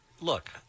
Look